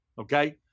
okay